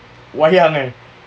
wayang ah